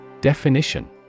Definition